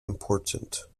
important